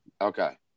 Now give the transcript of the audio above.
Okay